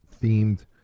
themed